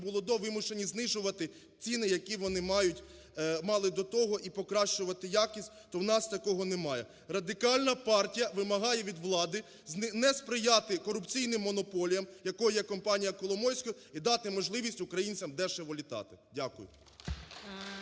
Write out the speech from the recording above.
були до, вимушені знижувати ціні, які вони мали до того, і покращувати якість, то в нас такого немає. Радикальна партія вимагає від влади не сприяти корупційним монополіям, якою є компанія Коломойського, і дати можливість українцям дешево літати. Дякую.